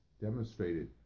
demonstrated